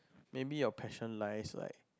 maybe your passion lies like